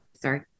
sorry